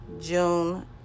June